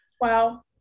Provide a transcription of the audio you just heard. Wow